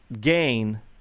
gain